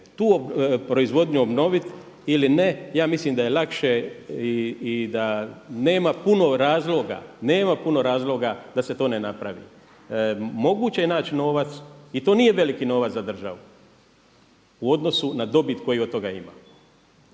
tu proizvodnju obnovit ili ne, ja mislim da je lakše i da nema puno razloga da se to ne napravi. Moguće je naći novac i to nije veliki novac za državu u odnosu na dobit koju od toga ima.